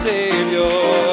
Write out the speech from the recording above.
Savior